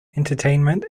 entertainment